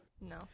No